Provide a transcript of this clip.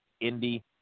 Indy